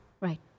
Right